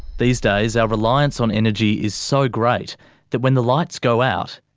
these days, our reliance on energy is so great that when the lights go out,